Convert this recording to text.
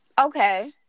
okay